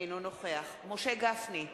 אינו נוכח משה גפני,